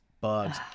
bugs